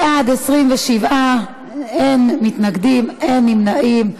בעד, 27, אין מתנגדים, אין נמנעים.